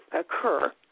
occur